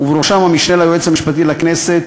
ובראשם המשנה ליועץ המשפטי לכנסת,